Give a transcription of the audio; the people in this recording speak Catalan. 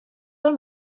del